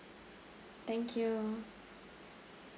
thank you